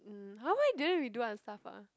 mm how come didn't we do other stuff ah